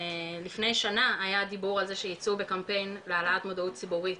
לפני שנה היה דיבור על זה שייצאו בקמפיין להעלאת מודעות ציבורית